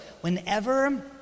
whenever